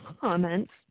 comments